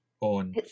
on